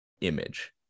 image